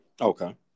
Okay